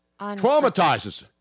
Traumatizes